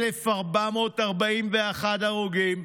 1,441 הרוגים,